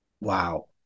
wow